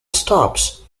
stops